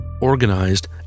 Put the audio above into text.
organized